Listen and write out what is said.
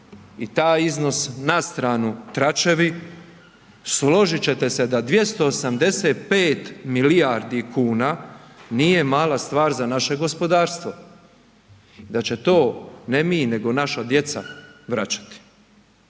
i taj iznos, na stanu tračevi, složit ćete se da 285 milijardi kuna nije mala stvar za naše gospodarstvo i da će to, ne mi, nego naša djeca vraćati.